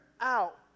out